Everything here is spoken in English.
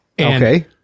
Okay